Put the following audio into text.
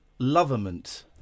loverment